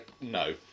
no